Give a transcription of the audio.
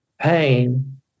pain